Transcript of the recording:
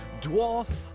dwarf